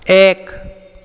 এক